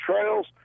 Trails